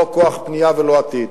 לא כוח קנייה ולא עתיד.